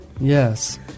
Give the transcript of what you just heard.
Yes